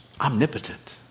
omnipotent